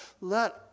let